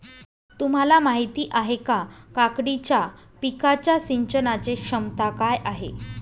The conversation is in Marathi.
तुम्हाला माहिती आहे का, काकडीच्या पिकाच्या सिंचनाचे क्षमता काय आहे?